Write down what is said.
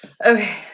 okay